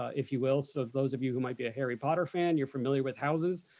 if you will. so those of you who might be a harry potter fan, you're familiar with houses.